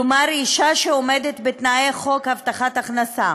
כלומר, אישה שעומדת בתנאי חוק הבטחת הכנסה